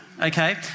okay